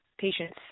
patients